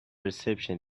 reception